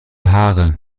haare